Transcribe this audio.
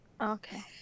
Okay